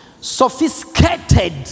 sophisticated